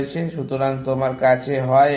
সুতরাং তোমার কাছে হয় এটা একটি সমাধান আছে